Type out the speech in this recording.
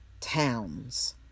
towns